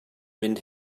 mynd